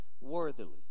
worthily